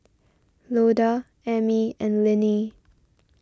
Loda Amie and Linnie